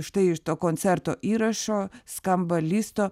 štai iš to koncerto įrašo skamba listo